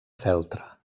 feltre